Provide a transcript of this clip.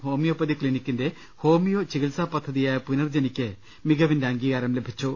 homeopathy ക്സിനിക്കിന്റെ homeo ചികിൽസാ പദ്ധതിയായ പുനർജനിക്ക് മികവിന്റെ അംഗീകാരം ലഭിച്ചു